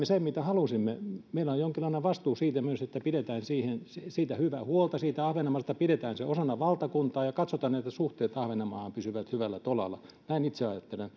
sen mitä halusimme ja meillä on jonkinlainen vastuu siitä myös että pidetään hyvää huolta siitä ahvenanmaasta pidetään se osana valtakuntaa ja katsotaan että suhteet ahvenanmaahan pysyvät hyvällä tolalla näin itse ajattelen